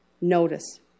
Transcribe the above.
notice